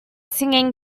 singing